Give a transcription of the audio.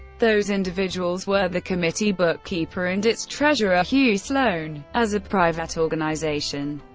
those individuals were the committee bookkeeper and its treasurer, hugh sloan. as a private organization,